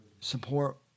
support